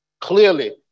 Clearly